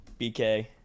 BK